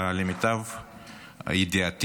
למיטב ידיעתי,